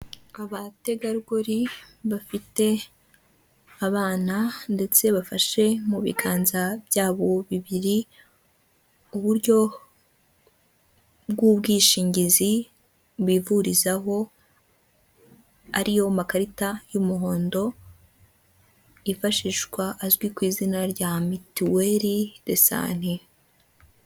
Abategarugori bafite abana ndetse bafashe mu biganza byabo bibiri, uburyo bw'ubwishingizi bivurizaho, ariyo makarita y'umuhondo, y'ifashishwa azwi ku izina rya mituweri de santi.